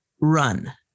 run